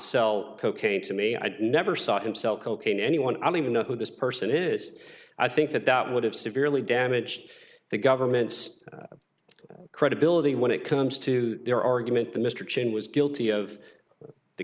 sell cocaine to me i never saw him sell cocaine anyone i mean you know who this person is i think that that would have severely damaged the government's credibility when it comes to their argument that mr chin was guilty of the